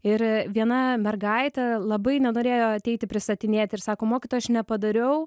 ir viena mergaitė labai nenorėjo ateiti pristatinėti ir sako mokytoja aš nepadariau